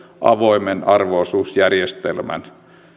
avoimen arvo osuusjärjestelmän